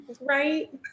Right